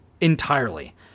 entirely